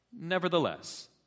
Nevertheless